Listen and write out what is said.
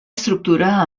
estructura